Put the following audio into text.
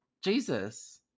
Jesus